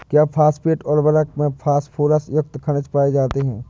क्या फॉस्फेट उर्वरक में फास्फोरस युक्त खनिज पाए जाते हैं?